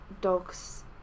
dogs